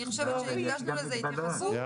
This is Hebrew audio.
אני חושבת שהקדשנו לזה התייחסות.